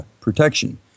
protection